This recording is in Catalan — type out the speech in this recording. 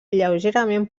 lleugerament